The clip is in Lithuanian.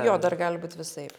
jo dar gali būt visaip